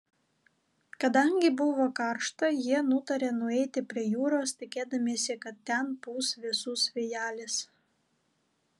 kadangi buvo karšta jie nutarė nueiti prie jūros tikėdamiesi kad ten pūs vėsus vėjelis